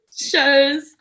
shows